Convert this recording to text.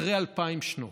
אחרי אלפיים שנות,